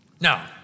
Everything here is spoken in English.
Now